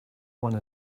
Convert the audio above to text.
one